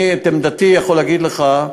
אני את עמדתי יכול להגיד לך,